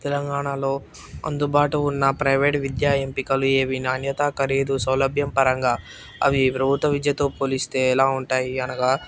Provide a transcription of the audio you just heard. తెలంగాణలో అందుబాటులో ఉన్న ప్రైవేటు విద్యా ఎంపికలు ఏవీ నాణ్యత ఖరీదు సౌలభ్యం పరంగా అవి ప్రభుత్వ విద్యతో పోలిస్తే ఎలా ఉంటాయి అనగా